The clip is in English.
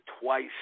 twice